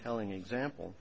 telling example